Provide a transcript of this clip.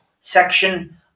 section